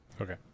Okay